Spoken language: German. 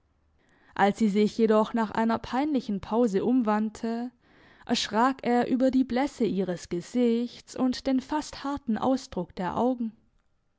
als sie sich jedoch nach einer peinlichen pause umwandte erschrak er über die blässe ihres gesichts und den fast harten ausdruck der augen